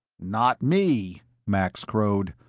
not me, max crowed.